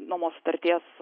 nuomos sutarties